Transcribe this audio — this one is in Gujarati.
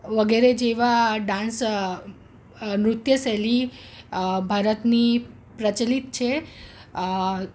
વગેરે જેવા ડાન્સ નૃત્ય શૈલી ભારતની પ્રચલિત છે